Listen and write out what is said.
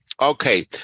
Okay